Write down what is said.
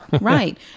right